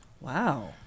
wow